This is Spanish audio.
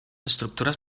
estructuras